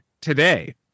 today